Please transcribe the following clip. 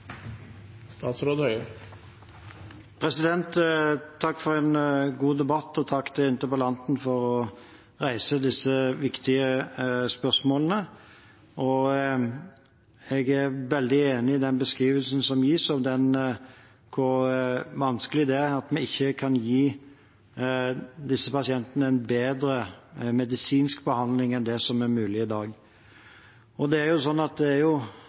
Takk for en god debatt, og takk til interpellanten for å reise disse viktige spørsmålene. Jeg er veldig enig i beskrivelsen som gis av hvor vanskelig det er at vi ikke kan gi disse pasientene en bedre medisinsk behandling enn det som er mulig i dag. Det er jo egentlig bare én måte dette kan bli bedre på, og det er